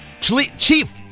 Chief